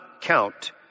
count